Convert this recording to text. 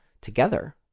together